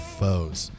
foes